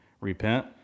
repent